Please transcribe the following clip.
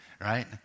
right